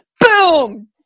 Boom